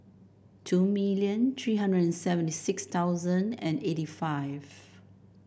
two million three hundred and seventy six thousand and eighty five